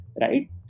right